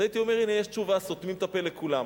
הייתי אומר, הנה, יש תשובה, סותמים את הפה לכולם.